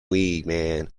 weed